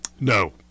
No